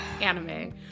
Anime